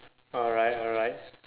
alright alright